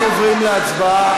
אנחנו עוברים להצבעה.